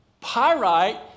pyrite